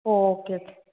O okay okay